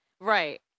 Right